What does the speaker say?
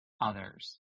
others